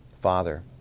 Father